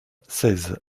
seize